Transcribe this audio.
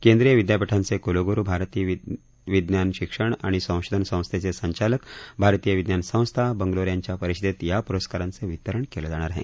केंद्रीय विद्यापीठांचे क्लग्रु भारती विज्ञान शिक्षण आणि संशोधन संस्थेचे संचालक भारतीय विज्ञान संस्था बंगलोर यांच्या परिषदेत या प्रस्कारांचं वितरण केलं जाणार आहे